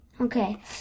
Okay